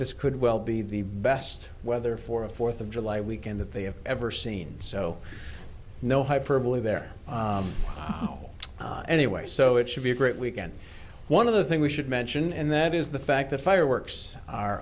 this could well be the best weather for a fourth of july weekend that they have ever seen so no hyperbole there anyway so it should be a great weekend one of the things we should mention and that is the fact that fireworks are